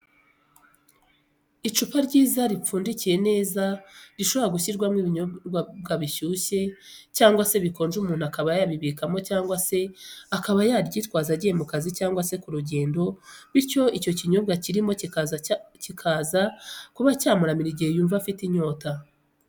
Icupa ryiza ripfundikiye neza rishobora gushyirwamo ibinyobwa bishushye cyangwa se bikonje umuntu akaba yabibikamo cyangwa se akaba yaryitwaza agiye mu kazi cyangwa se ku rugendo bityo icyo kinyobwa kirimo kikaza cyamuramira igihe yumva afite inyota.